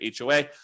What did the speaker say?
HOA